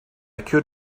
could